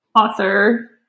author